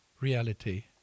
reality